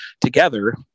together